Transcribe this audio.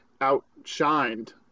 outshined